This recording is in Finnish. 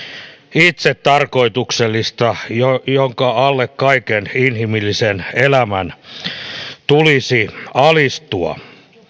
itsetarkoituksellista jonka alle kaiken inhimillisen elämän tulisi alistua